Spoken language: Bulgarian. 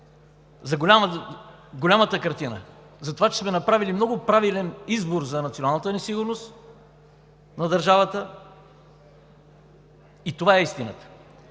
в голямата картина – това, че сме направили много правилен избор за националната ни сигурност – на държавата, и това е истината.